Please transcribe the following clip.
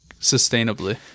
sustainably